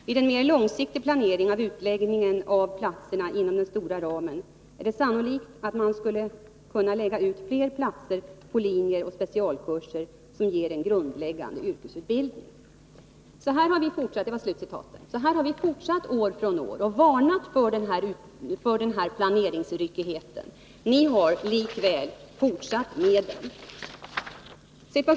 Vid en mer långsiktig planering av utläggningen av platserna inom den stora ramen är det sannolikt att man skulle kunna lägga ut fler platser på linjer och specialkurser som ger en grundläggande yrkesutbildning.” Vi har fortsatt att år efter år varna för denna planeringsryckighet. Ni har likväl hållit fast vid er politik.